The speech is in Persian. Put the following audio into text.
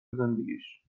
زندگیش